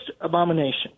abomination